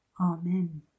Amen